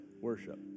worship